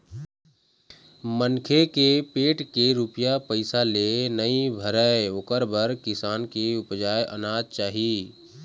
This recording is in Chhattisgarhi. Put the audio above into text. मनखे के पेट के रूपिया पइसा ले नइ भरय ओखर बर किसान के उपजाए अनाज चाही